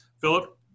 Philip